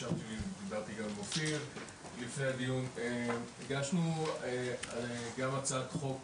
דיברתי גם עם אופיר לפני הדיון הגשנו גם הצעת חוק